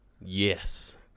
Yes